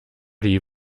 die